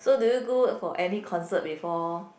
so do you go for any concert before